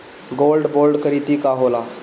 Gold bond करतिं का होला?